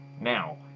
Now